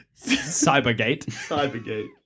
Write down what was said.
Cybergate